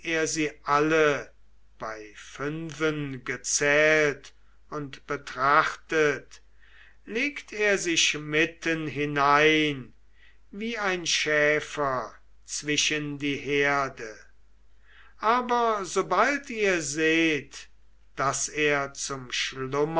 sie alle bei fünfen gezählt und betrachtet legt er sich mitten hinein wie ein schäfer zwischen die herde aber sobald ihr seht daß er zum